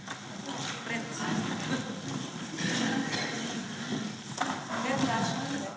Hvala